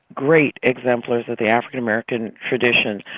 great exemplars of the african american tradition,